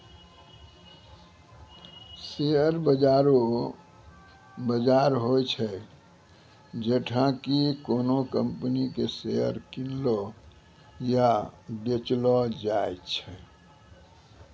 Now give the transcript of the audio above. share बाजार उ बजार होय छै जैठां कि कोनो कंपनी के शेयर किनलो या बेचलो जाय छै